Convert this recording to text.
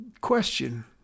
Question